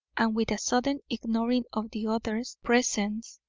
and with a sudden ignoring of the others' presence,